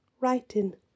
writing